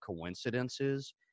coincidences